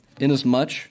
Inasmuch